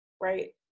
Right